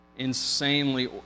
insanely